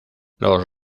los